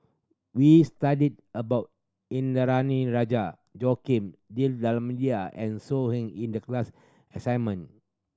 we studied about Indranee Rajah Joaquim D'Almeida and So Heng in the class assignment